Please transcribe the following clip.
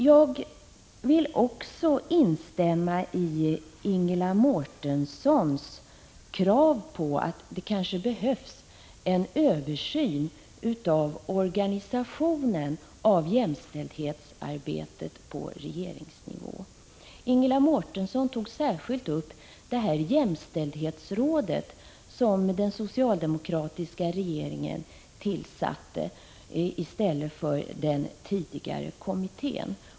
Jag vill instämma i Ingela Mårtenssons krav på att det behövs en översyn av organisationen av jämställdhetsarbetet på regeringsnivå. Ingela Mårtensson tog särskilt upp jämställdhetsrådet, som den socialdemokratiska regeringen tillsatte i stället för den tidigare kommittén.